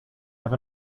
have